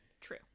True